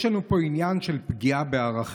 יש לנו פה עניין של פגיעה בערכים.